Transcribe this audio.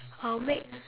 I would make